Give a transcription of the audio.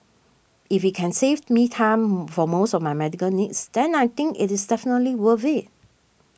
if it can save me time for most of my medical needs then I think it is definitely worth it